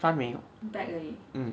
front 没有 mm